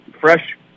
fresh